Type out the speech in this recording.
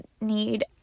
need